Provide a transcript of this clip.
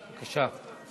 בבקשה.